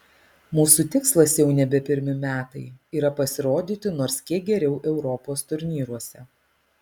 mūsų tikslas jau nebe pirmi metai yra pasirodyti nors kiek geriau europos turnyruose